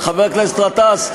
אבל, חבר הכנסת גטאס,